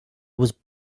was